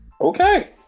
okay